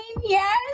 Yes